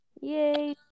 Yay